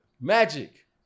Magic